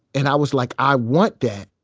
and i was like, i want that.